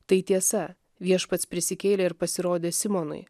tai tiesa viešpats prisikėlė ir pasirodė simonui